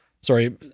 Sorry